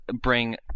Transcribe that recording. bring